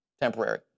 temporary